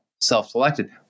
self-selected